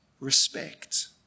respect